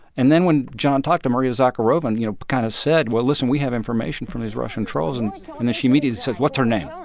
and then when john talked to maria zakharova and, you know, kind of said well, listen, we have information from these russian trolls, and then she immediately said what's her name?